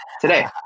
today